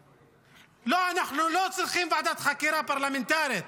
לא, אנחנו לא צריכים ועדת חקירה פרלמנטרית,